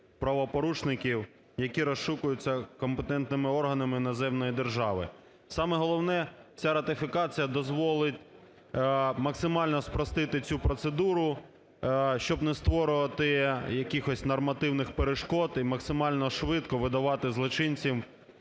правопорушників, які розшукуються компетентними органами іноземної держави. Саме головне, ця ратифікація дозволить максимально спростити цю процедуру, щоб не створювати якихось нормативних перешкод і максимально швидко видавати злочинців